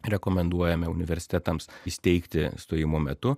rekomenduojame universitetams įsteigti stojimo metu